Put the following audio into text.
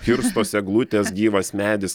kirstos eglutės gyvas medis